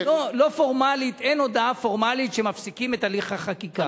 אין הודעה פורמלית שמפסיקים את הליך החקיקה.